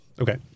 Okay